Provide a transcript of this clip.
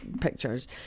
pictures